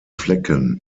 flecken